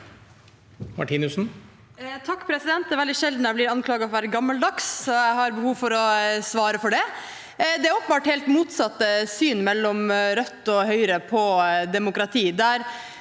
(R) Det er vel- dig sjelden jeg blir anklaget for å være gammeldags, så jeg har behov for å svare på det. Det er helt åpenbart motsatt syn mellom Rødt og Høyre på demokrati.